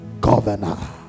governor